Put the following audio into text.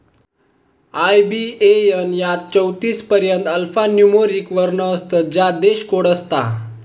IBAN यात चौतीस पर्यंत अल्फान्यूमोरिक वर्ण असतत ज्यात देश कोड असता